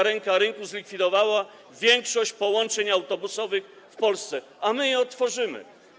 ręka rynku zlikwidowała większość połączeń autobusowych w Polsce, ale my je odtworzymy.